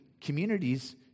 communities